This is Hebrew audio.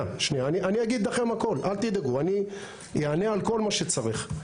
אני אענה על כל מה שצריך.